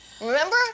Remember